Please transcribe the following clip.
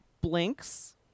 blinks